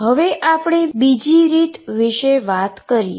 હવે આપણે બીજી રીત વિષે વાત કરીએ